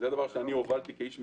זה דבר שאני הובלתי כאיש מילואים.